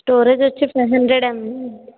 storage వచ్చి five hundred ఎం